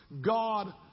God